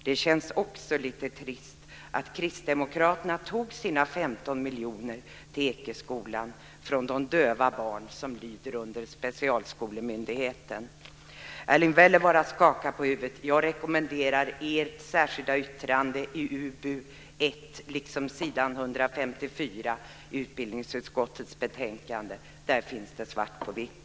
Det känns också lite trist att Kristdemokraterna tog 15 miljoner till Ekeskolan från de döva barn som lyder under Specialskolemyndigheten. Jag ser att Erling Wälivaara skakar på huvudet. Jag rekommenderar att man läser Kristdemokraternas särskilda yttrande i utbildningsutskottets betänkande, UbU1, liksom s. 154. Där finns detta svart på vitt.